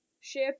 ship